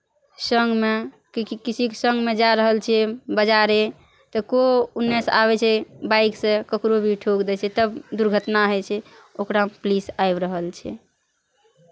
सङ्गमे कि किसीके सङ्गमे जाय रहल छियै बाजारे तऽ कोइ ओन्नऽ सँ आबै छै बाइकसँ ककरो भी ठोकि दै छै तब दुर्घटना होइ छै ओकरामे पुलिस आबि रहल छै